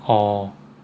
orh